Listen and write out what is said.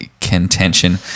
contention